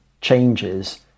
changes